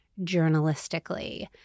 journalistically